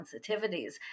sensitivities